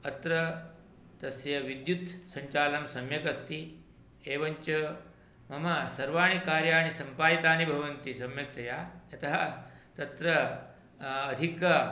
अत्र तस्य विद्युत्सञ्चालं सम्यक् अस्ति एवञ्च मम सर्वाणि कार्याणि सम्पादितानि भवन्ति सम्यक्तया यतः तत्र अधिक